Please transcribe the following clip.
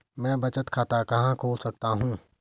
मैं बचत खाता कहां खोल सकता हूँ?